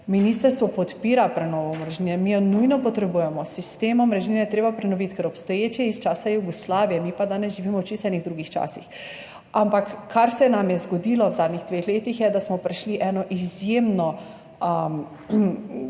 ministrstvo podpira prenovo omrežnine, mi jo nujno potrebujemo. Sistem omrežnine je treba prenoviti, ker je obstoječi iz časa Jugoslavije, mi pa danes živimo v čisto drugih časih. Ampak kar se nam je zgodilo v zadnjih dveh letih, je, da smo prišli eno izjemno,